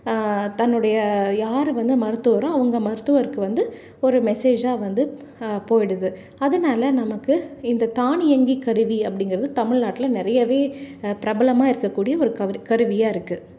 தன்னுடைய யார் வந்து மருத்துவரோ அவங்க மருத்துவருக்கு வந்து ஒரு மெசேஜாக வந்து போயிடுது அதனாலே நமக்கு இந்த தானியங்கி கருவி அப்படிங்கிறது தமிழ்நாட்டில் நிறையவே பிரபலமாக இருக்கக்கூடிய ஒரு கவுரு கருவியாக இருக்குது